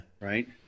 Right